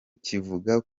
kivuga